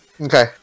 Okay